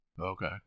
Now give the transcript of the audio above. Okay